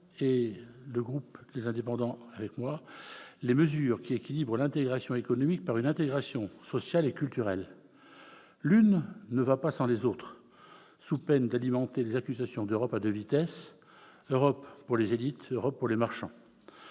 et mon groupe Les Indépendants avec moi, les mesures qui équilibrent l'intégration économique par une intégration sociale et culturelle. L'une ne va pas sans les autres, sous peine d'alimenter les accusations d'Europe à deux vitesses, Europe pour les élites, Europe pour les marchands.